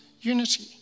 unity